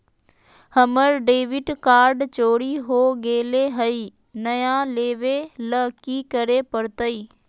हमर debit card चोरी हो गेले हई, नया लेवे ल की करे पड़तई?